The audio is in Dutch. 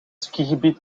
skigebied